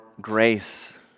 grace